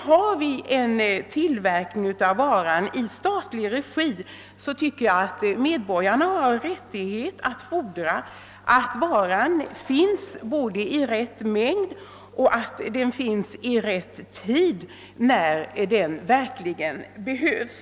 Har vi en tillverkning av varan i statlig regi, anser jag dock att medborgarna har rättighet att fordra att den finns tillgänglig både i rätt mängd och vid den tidpunkt när den verkligen behövs.